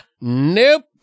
nope